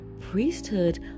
priesthood